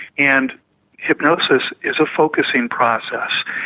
and hypnosis is a focusing process,